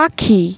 পাখি